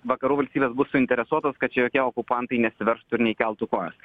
vakarų valstybės bus suinteresuotos kad čia jokie okupantai nesiverštų ir neįkeltų kojos